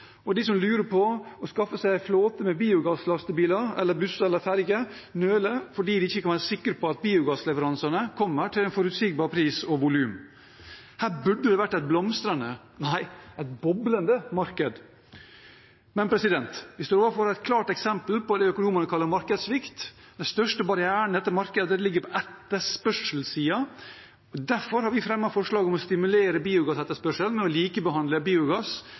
og de som lurer på å skaffe seg en flåte med biogasslastebiler eller -busser eller -ferger, nøler, fordi de ikke kan være sikre på at biogassleveransene kommer til en forutsigbar pris og et forutsigbart volum. Her burde det vært et blomstrende, nei, et boblende marked. Vi står overfor et klart eksempel på det økonomene kaller markedssvikt. Den største barrieren i dette markedet ligger på etterspørselssiden. Derfor har vi fremmet forslag om å stimulere biogassetterspørsel ved å likebehandle biogass